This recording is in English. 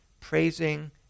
praising